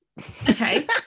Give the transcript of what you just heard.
Okay